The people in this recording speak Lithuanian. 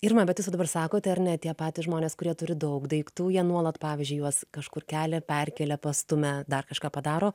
irma bet jūs jau dabar sakote ar ne tie patys žmonės kurie turi daug daiktų jie nuolat pavyzdžiui juos kažkur kelia perkelia pastumia dar kažką padaro